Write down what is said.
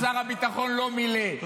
-- ששר הביטחון לא מילא.